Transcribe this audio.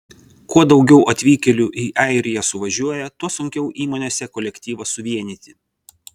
kuo daugiau atvykėlių į airiją suvažiuoja tuo sunkiau įmonėse kolektyvą suvienyti